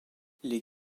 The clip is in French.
les